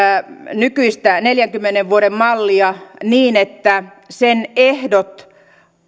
nykyistä neljänkymmenen vuoden mallia niin että sen ehdot